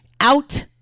out